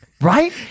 Right